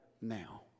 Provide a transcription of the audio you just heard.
now